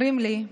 אומרים לי,